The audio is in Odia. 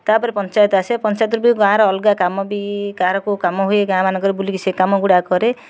ତା'ପରେ ପଞ୍ଚାୟତ ଆସେ ପଞ୍ଚାୟତରେ ଗାଁର ଅଲଗା କାମ ବି କାହାର କେଉଁ କାମ ହୁଏ ଗାଁ ମାନଙ୍କରେ ବୁଲିକରି ସେ କାମ ଗୁଡ଼ା ବି କରେ